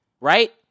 right